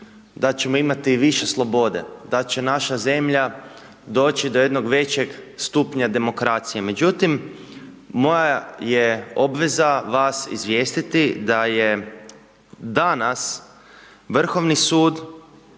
da ćemo imati više slobode, da će naša zemlja doći do jednog većeg stupanja demokracije, međutim, moja je obveza vas izvijestiti da je danas, Vrhovni sud